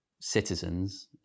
citizens